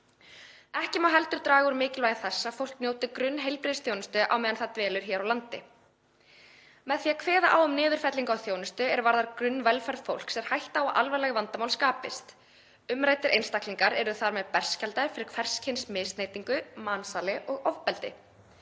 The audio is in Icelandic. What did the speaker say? Ekki má heldur draga úr mikilvægi þess að fólk njóti grunnheilbrigðisþjónustu á meðan það dvelur hér á landi. Með því að kveða á um niðurfellingu á þjónustu er varðar grunnvelferð fólks er hætta á að alvarleg vandamál skapist. Umræddir einstaklingar yrðu þar með berskjaldaðir fyrir hvers kyns misbeytingu, mansali og ofbeldi.